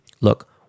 Look